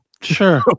Sure